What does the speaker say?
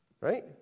Right